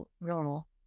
normal